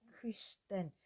Christian